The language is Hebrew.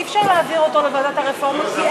אי-אפשר להעביר אותו לוועדת הרפורמות,